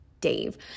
Dave